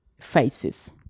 faces